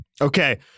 Okay